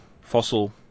fossil